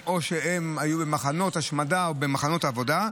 תודה רבה.